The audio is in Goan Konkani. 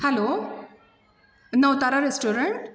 hello Navtara restaurant